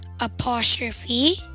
apostrophe